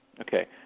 Okay